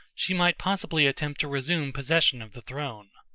she might possibly attempt to resume possession of the throne.